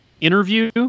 interview